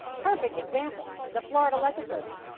perfect example the florida legislature.